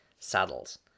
saddles